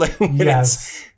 Yes